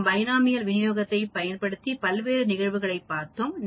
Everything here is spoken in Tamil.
நாம் பைனோமியல் விநியோகத்தைப் பயன்படுத்திய பல்வேறு நிகழ்வுகளைப் பார்த்தோம்